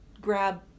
grab